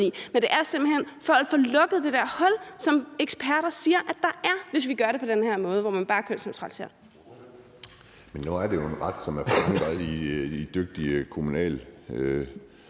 Men det er simpelt hen for at få lukket det der hul, som eksperter siger at der er, hvis vi gør det på den her måde, hvor man bare kønsneutraliserer. Kl. 19:43 Anden næstformand (Jeppe Søe):